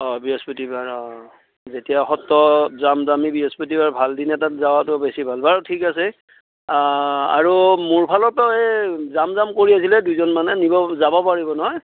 অ বৃহস্পতিবাৰ অ যেতিয়া সত্ৰ যাম আমি বৃহস্পতিবাৰ ভাল দিন এটাত যোৱাটো বেছি ভাল বাৰু ঠিক আছে আৰু মোৰ ফালৰ পৰাও এই যাম যাম কৰি আছিলে দুইজনমানে নিব যাব পাৰিব নহয়